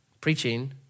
preaching